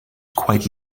quite